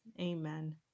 Amen